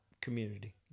community